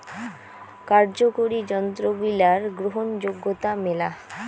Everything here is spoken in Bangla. কার্যকরি যন্ত্রগিলার গ্রহণযোগ্যতা মেলা